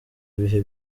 ibihe